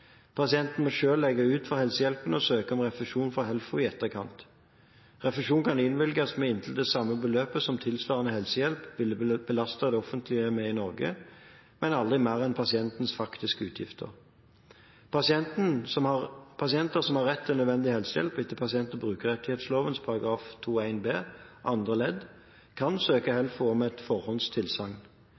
Pasienten må selv legge ut for helsehjelpen og søke om refusjon fra HELFO i etterkant. Refusjon kan innvilges med inntil det samme beløpet som tilsvarende helsehjelp ville belastet det offentlige med i Norge, men aldri mer enn pasientens faktiske utgifter. Pasienter som har rett til nødvendig helsehjelp etter pasient- og brukerrettighetsloven § 2-1 b andre ledd, kan søke HELFO om et forhåndstilsagn.